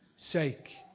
Sake